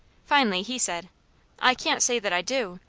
finally he said i can't say that i do.